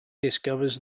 discovers